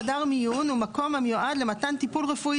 חדר מיון הוא מקום המיועד למתן טיפול רפואי